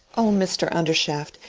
oh mr. undershaft,